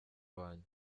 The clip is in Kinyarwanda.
wanjye